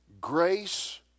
grace